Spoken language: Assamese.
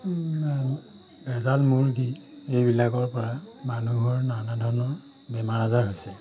ভেজাল মুৰ্গী এইবিলাকৰ পৰা মানুহৰ নানা ধৰণৰ বেমাৰ আজাৰ হৈছে